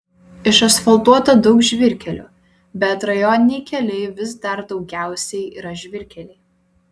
išasfaltuota daug žvyrkelių bet rajoniniai keliai vis dar daugiausiai yra žvyrkeliai